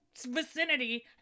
vicinity